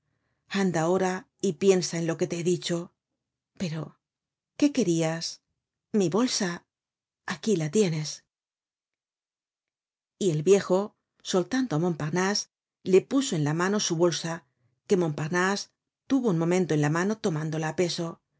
anda ahora y piensa en lo que te he dicho pero qué querias mi bolsa aquí la tienes y el viejo soltando á montparnase le puso en la mano su bolsa que montparnase tuvo un momento en la mano tomándola á peso